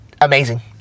amazing